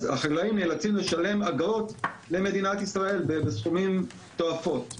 אז החקלאים נאלצים לשלם אגרות למדינת ישראל בסכומים גבוהים מאוד.